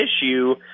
issue